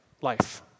life